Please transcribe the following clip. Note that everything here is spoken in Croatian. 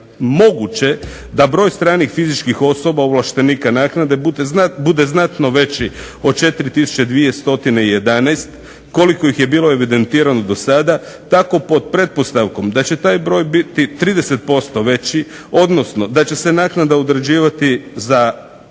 moguće da broj stranih fizičkih osoba ovlaštenika naknade bude znatno veći od 4211 koliko ih je bilo evidentirano do sada tako pod pretpostavkom da će taj broj biti 30% veći, odnosno da će se naknada određivati za